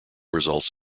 results